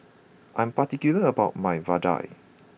I'm particular about my Vadai